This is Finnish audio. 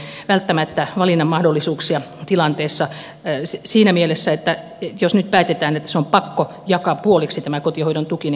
ei heilläkään ole välttämättä valinnanmahdollisuuksia tilanteessa siinä mielessä jos nyt päätetään että tämä kotihoidon tuki on pakko jakaa puoliksi niin kuin hallitus esittää